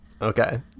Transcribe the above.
Okay